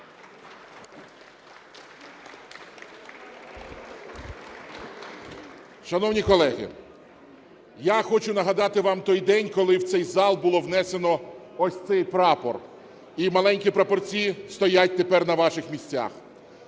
Шановні колеги, я хочу нагадати вам той день, коли в цей зал було внесено ось цей прапор і маленькі прапорці стоять тепер на ваших місцях.